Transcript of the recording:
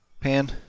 Pan